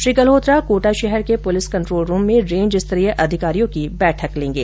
श्री गल्होत्रा कोटा शहर के police control room में रेंज स्तरीय अधिकारियो की बैठक लेंगे